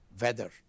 weather